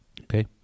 okay